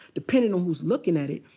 depending on who's looking at it,